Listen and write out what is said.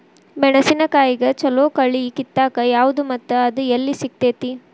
ಮೆಣಸಿನಕಾಯಿಗ ಛಲೋ ಕಳಿ ಕಿತ್ತಾಕ್ ಯಾವ್ದು ಮತ್ತ ಅದ ಎಲ್ಲಿ ಸಿಗ್ತೆತಿ?